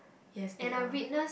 yes they are